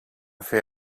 fer